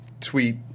tweet